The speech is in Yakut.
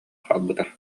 хаалбыта